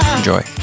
Enjoy